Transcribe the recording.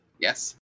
Yes